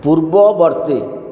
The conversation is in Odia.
ପୂର୍ବବର୍ତ୍ତୀ